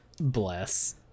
Bless